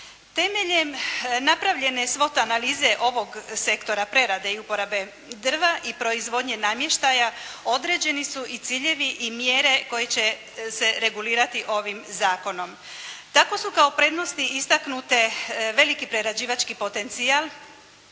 Temeljem napravljene svote analize ovog sektora prerade i uporabe drva i proizvodnje namještaja određeni su i ciljevi i mjere koje će se regulirati ovim zakonom. Tako su kao prednosti istaknute veliki prerađivački potencijal,